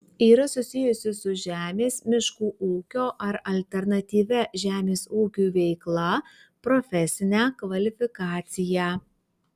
yra susijusi su žemės miškų ūkio ar alternatyvia žemės ūkiui veikla profesinę kvalifikaciją